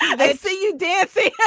yeah they say you dancing.